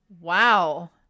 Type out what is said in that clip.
Wow